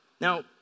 Now